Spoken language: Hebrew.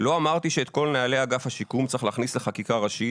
"לא אמרתי שאת כל נהלי אגף השיקום צריך להכניס לחקיקה ראשית